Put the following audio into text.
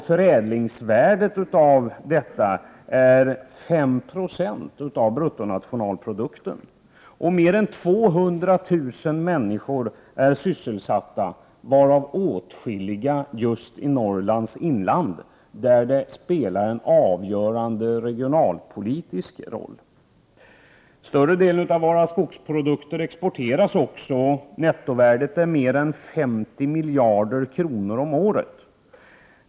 Förädlingsvärdet är 5 96 av bruttonationalprodukten. Mer än 200 000 människor är sysselsatta i denna näring, varav åtskilliga just i Norrlands inland där skogen spelar en avgörande regionalpolitisk roll. Merparten av våra skogsprodukter exporteras. Nettovärdet uppgår till mer än 50 miljarder kronor om året.